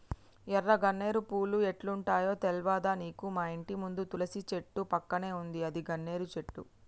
ఎర్ర గన్నేరు పూలు ఎట్లుంటయో తెల్వదా నీకు మాఇంటి ముందు తులసి చెట్టు పక్కన ఉందే అదే గన్నేరు చెట్టు